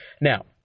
Now